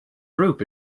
group